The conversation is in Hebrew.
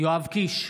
יואב קיש,